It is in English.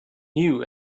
new